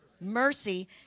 mercy